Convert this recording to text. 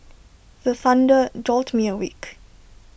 the thunder jolt me awake